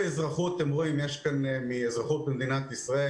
אתם רואים שיש כאן הסבר באזרחות מהספר אזרחות במדינת ישראל,